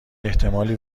احتمالی